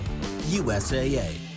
USAA